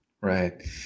right